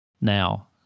now